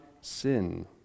sin